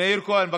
מאיר כהן.